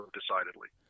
decidedly